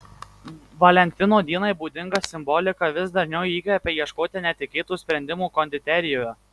valentino dienai būdinga simbolika vis dažniau įkvepia ieškoti netikėtų sprendimų konditerijoje